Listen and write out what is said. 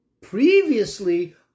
previously